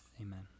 Amen